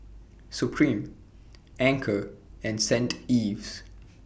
Supreme Anchor and Stain Ives